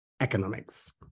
Economics